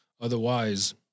Otherwise